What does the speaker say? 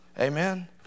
Amen